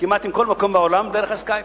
כמעט עם כל מקום בעולם דרך ה"סקייפ".